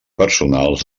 personals